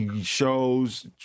shows